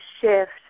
shift